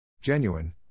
genuine